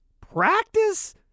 practice